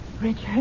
Richard